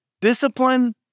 discipline